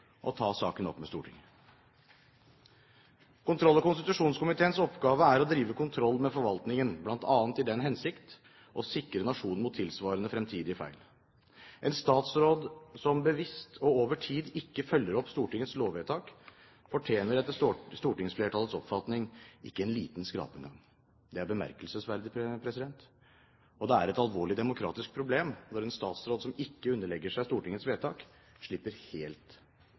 ta saken opp med Stortinget. Kontroll- og konstitusjonskomiteens oppgave er å drive kontroll med forvaltningen, bl.a. i den hensikt å sikre nasjonen mot tilsvarende fremtidige feil. En statsråd som bevisst og over tid ikke følger opp Stortingets lovvedtak, fortjener etter stortingsflertallets oppfatning ikke en liten skrape engang. Det er bemerkelsesverdig. Det er et alvorlig demokratisk problem når en statsråd som ikke underlegger seg Stortingets vedtak, slipper helt